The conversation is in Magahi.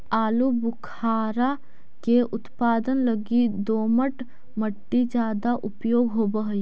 आलूबुखारा के उत्पादन लगी दोमट मट्टी ज्यादा उपयोग होवऽ हई